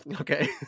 Okay